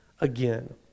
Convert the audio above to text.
again